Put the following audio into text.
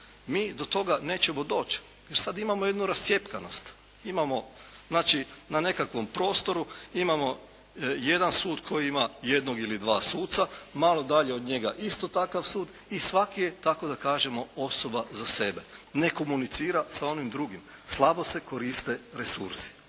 mi do toga nećemo doći jer sada imamo jednu rascjepkanost. Imamo znači na nekakvom prostoru imamo jedan sud koji ima jednog ili dva suca, malo dalje isto takav sud i svaki je tako da kažemo osoba za sebe. Ne komunicira sa onim drugim, slabo se koriste resursi.